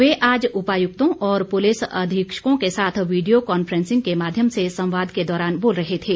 वे आज उपायुक्तों और पुलिस अधीक्षकों के साथ वीडियो कांफ्रेंसिंग के माध्यम से संवाद के दौरान बोल रहे थे